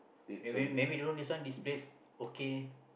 maybe maybe don't this one this place okay